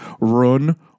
run